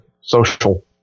social